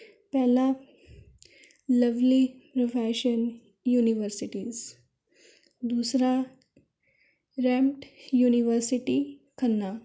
ਪਹਿਲਾ Lovely Professional universities ਦੂਸਰਾ ਰੈਂਮਟ ਯੂਨੀਵਰਸਿਟੀ ਖੰਨਾ